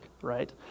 right